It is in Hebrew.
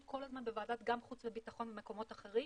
כל הזמן גם בוועדת החוץ והביטחון ובמקומות אחרים.